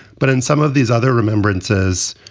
but in some of these other remembrances,